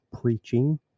preaching